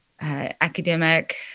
academic